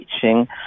teaching